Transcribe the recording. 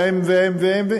ועם ועם ועם,